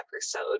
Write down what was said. episode